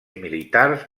militars